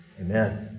Amen